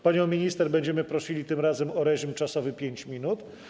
Panią minister będziemy prosili tym razem o reżim czasowy - 5 minut.